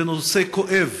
זה נושא כואב